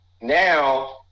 now